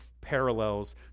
parallels